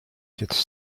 gets